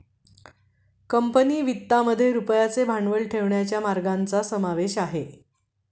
company वित्तामध्ये रुपयाचे भांडवल ठेवण्याच्या मार्गांचा समावेश आहे